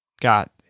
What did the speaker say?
got